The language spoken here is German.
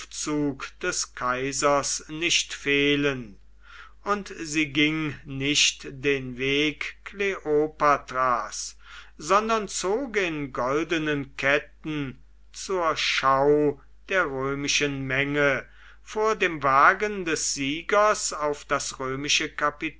des kaisers nicht fehlen und sie ging nicht den weg kleopatras sondern zog in goldenen ketten zur schau der römischen menge vor dem wagen des siegers auf das römische